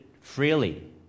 freely